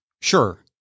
Sure